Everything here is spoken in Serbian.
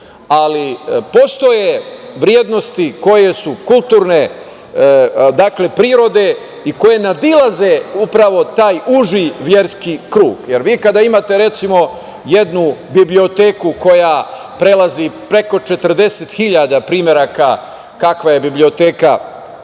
ali postoje vrednosti koje su kulturne prirode i koje nadilaze upravo taj uži verski krug. Jer, vi kada imate, recimo, jednu biblioteku koja prelazi preko 40 hiljada primeraka, kakva je biblioteka